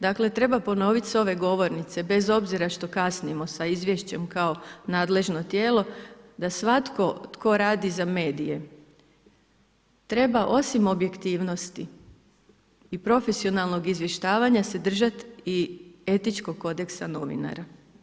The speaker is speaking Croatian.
Dakle treba ponoviti s ove govornice bez obzira što kasnimo sa izvješćem kao nadležno tijelo da svatko tko radi za medije treba osim objektivnosti i profesionalnog izvještavanja se držati i etičkog kodeksa novinara.